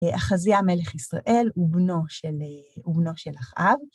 אחזיה מלך ישראל ובנו של אחאב.